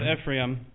Ephraim